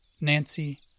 Nancy